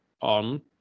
on